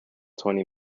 twenty